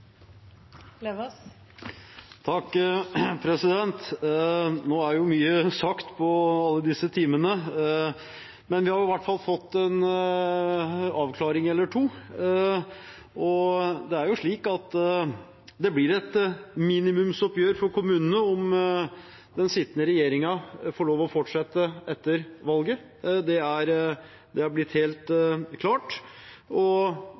mye sagt på alle disse timene. Men vi har i hvert fall fått en avklaring eller to. Det blir et minimumsoppgjør for kommunene om den sittende regjeringen får lov til å fortsette etter valget. Det er blitt helt klart. Det andre som er helt